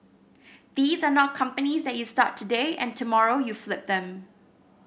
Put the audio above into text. these are not companies that you start today and tomorrow you flip them